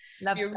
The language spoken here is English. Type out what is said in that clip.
Love